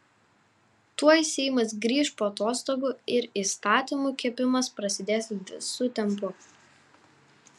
tuoj seimas grįš po atostogų ir įstatymų kepimas prasidės visu tempu